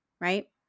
right